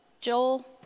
Joel